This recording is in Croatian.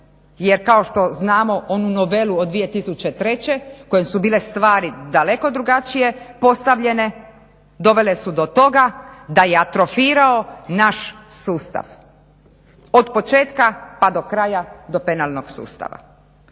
Jer kao što znamo onu novelu od 2003. kojom su bile stvari daleko drugačije postavljene dovele su do toga da je atrofirao naš sustav od početka pa do kraja do penalnog sustava.